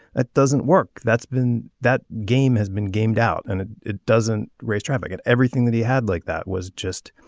that doesn't work that's been that game has been gamed out and it doesn't raise travelgate everything that he had like that was just